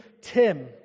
Tim